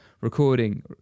recording